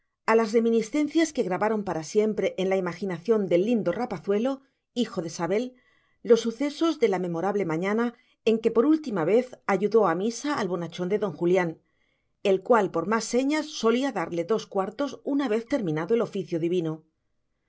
a las reminiscencias que grabaron para siempre en la imaginación del lindo rapazuelo hijo de sabel los sucesos de la memorable mañana en que por última vez ayudó a misa al bonachón de don julián el cual por más señas solía darle dos cuartos una vez terminado el oficio divino el primer recuerdo que perucho conserva es que al